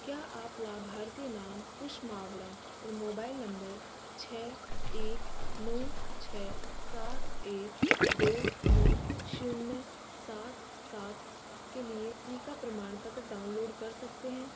क्या आप लाभार्थी नाम कुश मावड़ा और मोबाइल नंबर छह एक नौ छह सात एक दो नौ शून्य सात सात के लिए टीका प्रमाणपत्र डाउनलोड कर सकते हैं